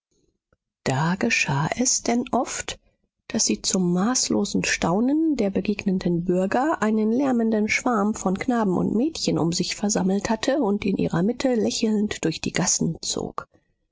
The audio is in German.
da geschah es denn oft daß sie zum maßlosen staunen der begegnenden bürger einen lärmenden schwarm von knaben und mädchen um sich versammelt hatte und in ihrer mitte lächelnd durch die gassen zog